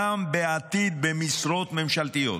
גם בעתיד במשרות ממשלתיות.